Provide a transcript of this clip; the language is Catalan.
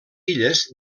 illes